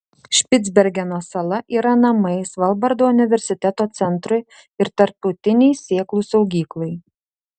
špicbergeno sala yra namai svalbardo universiteto centrui ir tarptautinei sėklų saugyklai